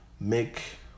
make